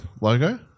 logo